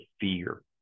fear